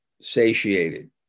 satiated